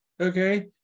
Okay